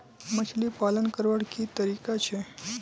मछली पालन करवार की तरीका छे?